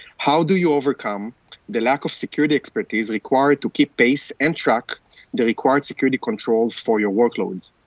how do you overcome the lack of security expertise required to keep pace and track the required security controls for your workloads?